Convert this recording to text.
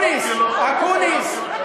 אקוניס,